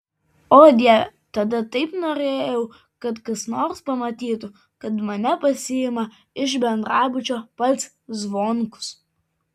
o dieve tada taip norėjau kad kas nors pamatytų kad mane pasiima iš bendrabučio pats zvonkus